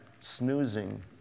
snoozing